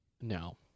No